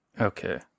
Okay